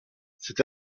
cette